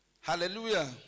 Hallelujah